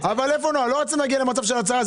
לא רציתם להגיע למצב של הצהרה.